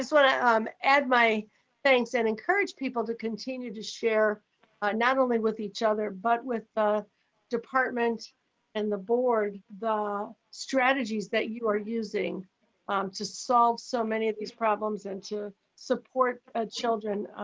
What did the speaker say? to sort of um add my thanks and encourage people to continue to share not only with each other. but with department and the board, the strategies that you are using um to solve so many of these problems and to support ah children.